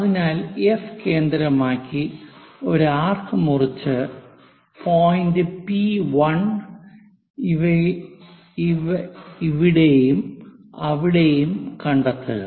അതിനാൽ എഫ് കേന്ദ്രമാക്കി ഒരു ആർക്ക് മുറിച്ചു പോയിന്റ് പി1 ഇവിടെയും അവിടെയും കണ്ടെത്തുക